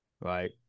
right